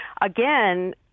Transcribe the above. Again